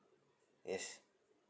yes